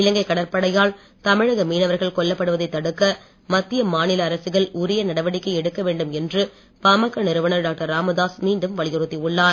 இலங்கை கடற்படையால் தமிழக மீனவர்கள் கொல்லப்படுவதை தடுக்க மத்திய மாநில அரசுகள் உரிய நடவடிக்கை எடுக்க வேண்டும் என்று பாமக நிறுவனர் டாக்டர் ராமதாஸ் மீண்டும் வலியுறுத்தி உள்ளார்